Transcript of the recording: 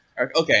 okay